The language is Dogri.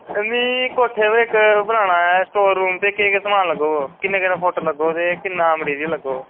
ते मिगी कोठै र ओह् बनाना हा स्टोर रूम ते केह् केह् समान लग्गग ते किन्ना किन्ना फुट लग्गग ते किन्ना मेटीरियल लग्गग